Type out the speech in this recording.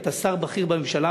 אתה שר בכיר בממשלה,